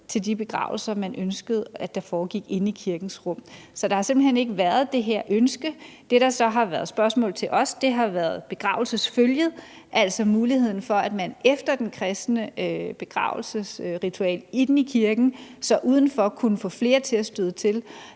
til de begravelser, man ønskede foregik inde i kirkens rum. Så der har simpelt hen ikke været det her ønske. Det, der så har været af spørgsmål til os, har været til begravelsesfølget, altså muligheden for, at man efter det kristne begravelsesritual inde i kirken kunne få flere til at støde til